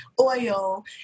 oil